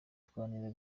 turwanira